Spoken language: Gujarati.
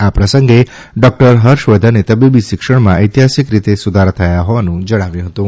આ પ્રસંગે ડોકટર હર્ષવર્ધને તબીબી શિક્ષણમાં ઐતિહાસિક રીતે સુધારા થયા હોવાનું જણાવ્યું હતું